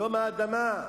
יום האדמה.